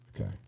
Okay